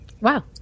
Wow